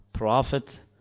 Prophet